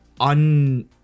un